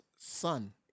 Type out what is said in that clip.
son